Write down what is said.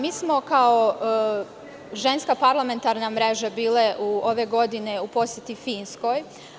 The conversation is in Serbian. Mi smo kao Ženska parlamentarna mreža bile ove godine u poseti Finskoj.